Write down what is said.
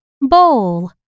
bowl